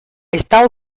está